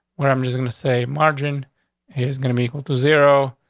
where? i'm just gonna say margin is gonna be equal to zero.